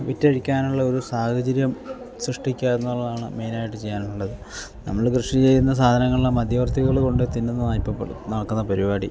വിറ്റഴിക്കാനുള്ള ഒരു സാഹചര്യം സൃഷ്ടിക്കുക എന്നുള്ളതാണ് മെയ്ൻ ആയിട്ട് ചെയ്യാനുള്ളത് നമ്മൾ കൃഷി ചെയ്യുന്ന സാധനങ്ങളെല്ലാം മധ്യവർത്തികൾ കൊണ്ട് തിന്നുന്നതാണ് ഇപ്പം നടക്കുന്ന പരിപാടി